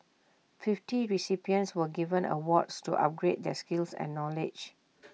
fifty recipients were given awards to upgrade their skills and knowledge